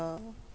the